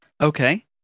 Okay